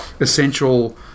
essential